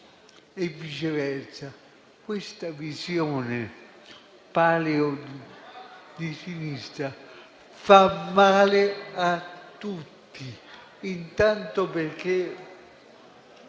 e viceversa. Questa visione "paleo" di sinistra fa male a tutti, intanto perché